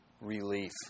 relief